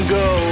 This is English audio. go